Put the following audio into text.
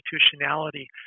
constitutionality